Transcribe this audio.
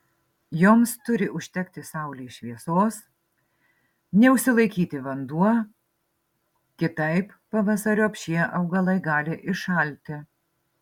joms turi užtekti saulės šviesos neužsilaikyti vanduo kitaip pavasariop šie augalai gali iššalti